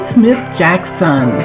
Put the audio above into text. Smith-Jackson